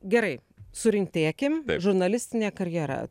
gerai surimtėkim žurnalistinė karjera